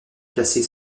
placée